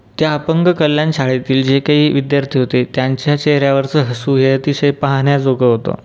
त्या अपंग कल्याण शाळेतील जे काही विद्यार्थी होते त्यांच्या चेहऱ्यावरचं हसू हे अतिशय पाहण्याजोगं होतं